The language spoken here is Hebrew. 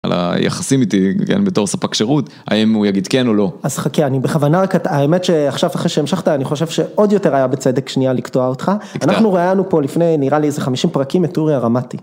יחסים איתי בתור ספק שירות האם הוא יגיד כן או לא אז חכה אני בכוונה רק את האמת שעכשיו אחרי שהמשכת אני חושב שעוד יותר היה בצדק שנייה לקטוע אותך אנחנו ראינו פה לפני נראה לי איזה 50 פרקים את אוריה רמתי.